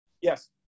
Yes